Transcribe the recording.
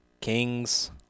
Kings